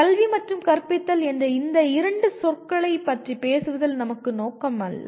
கல்வி மற்றும் கற்பித்தல் என்ற இந்த இரண்டு சொற்களைப் பற்றி பேசுவதில் நமக்கு நோக்கம் அல்ல